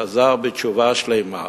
וחזר בתשובה שלמה,